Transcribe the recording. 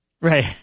Right